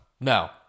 No